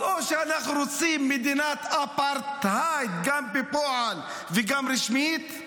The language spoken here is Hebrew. אז או שאנחנו רוצים מדינת אפרטהייד גם בפועל וגם רשמית,